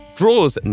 draws